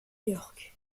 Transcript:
york